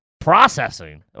processing